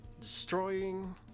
destroying